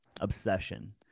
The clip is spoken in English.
obsession